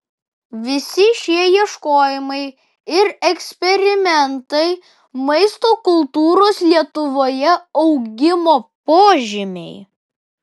visi šie ieškojimai ir eksperimentai maisto kultūros lietuvoje augimo požymiai